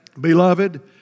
Beloved